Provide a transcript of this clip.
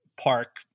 park